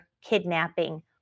kidnapping